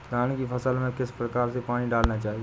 धान की फसल में किस प्रकार से पानी डालना चाहिए?